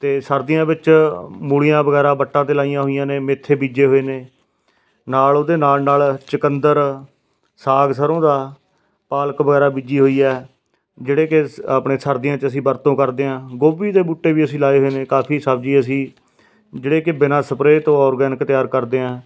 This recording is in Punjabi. ਅਤੇ ਸਰਦੀਆਂ ਵਿੱਚ ਮੂਲੀਆਂ ਵਗੈਰਾ ਵੱਟਾਂ 'ਤੇ ਲਗਾਈਆਂ ਹੋਈਆਂ ਨੇ ਮੇਥੇ ਬੀਜੇ ਹੋਏ ਨੇ ਨਾਲ ਉਹਦੇ ਨਾਲ ਨਾਲ ਚਿਕੰਦਰ ਸਾਗ ਸਰ੍ਹੋਂ ਦਾ ਪਾਲਕ ਵਗੈਰਾ ਬੀਜੀ ਹੋਈ ਹੈ ਜਿਹੜੇ ਕਿ ਆਪਣੇ ਸਰਦੀਆਂ 'ਚ ਅਸੀਂ ਵਰਤੋਂ ਕਰਦੇ ਹਾਂ ਗੋਭੀ ਦੇ ਬੂਟੇ ਵੀ ਅਸੀਂ ਲਗਾਏ ਹੋਏ ਨੇ ਕਾਫੀ ਸਬਜ਼ੀ ਅਸੀਂ ਜਿਹੜੇ ਕਿ ਬਿਨਾਂ ਸਪਰੇਅ ਤੋਂ ਔਰਗੈਨਿਕ ਤਿਆਰ ਕਰਦੇ ਹਾਂ